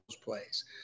plays